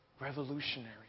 revolutionary